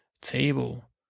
table